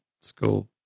school